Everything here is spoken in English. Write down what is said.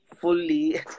fully